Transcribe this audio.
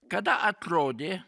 kada atrodė